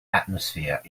atmosphere